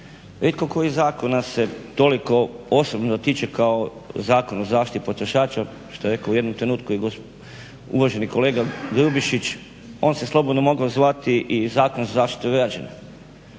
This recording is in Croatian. Rijetko koji zakon nas se toliko osobno tiče kao Zakon o zaštiti potrošača što je rekao u jednom trenutku uvaženi kolega Grubišić. On se slobodno mogao zvati i zakon o zaštiti građana